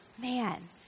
Man